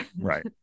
right